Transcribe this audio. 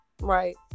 Right